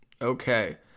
Okay